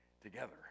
together